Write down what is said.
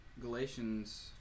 Galatians